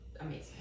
amazing